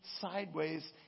sideways